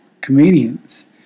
comedians